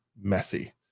messy